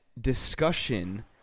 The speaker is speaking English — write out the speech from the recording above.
Discussion